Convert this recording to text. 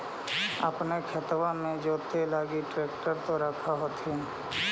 अपने खेतबा मे जोते लगी ट्रेक्टर तो रख होथिन?